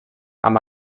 amb